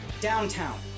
downtown